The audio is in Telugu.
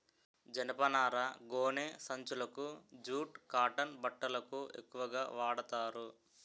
జనపనార గోనె సంచులకు జూట్ కాటన్ బట్టలకు ఎక్కువుగా వాడతారు